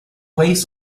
ways